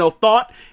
thought